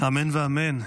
אמן ואמן.